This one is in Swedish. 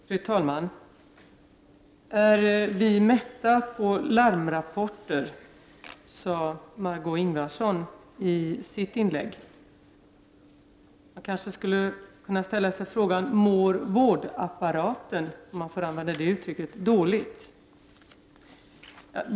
Fru talman! Är vi mätta på larmrapporter? frågade Margö Ingvardsson i sitt inlägg. Man skulle kanske kunna fråga: Mår vårdapparaten — om man får använda det uttrycket — dåligt?